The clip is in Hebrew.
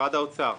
משרד האוצר,